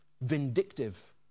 vindictive